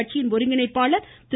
கட்சியின் ஒருங்கிணைப்பாளர் திரு